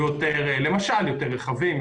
למשל יהיו יותר רכבים,